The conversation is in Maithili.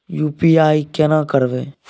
यु.पी.आई केना करबे?